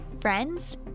Friends